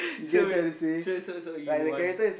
so wait so so so you'll want